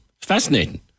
fascinating